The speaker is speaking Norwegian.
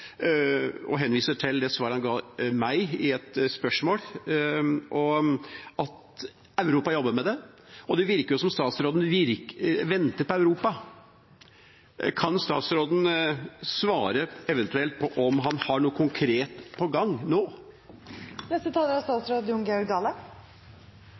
og henviser til det svaret han ga meg på et spørsmål – at Europa jobber med det. Det virker som statsråden venter på Europa. Kan statsråden svare på om han har noe konkret på gang